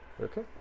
Okay